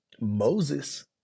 moses